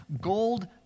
gold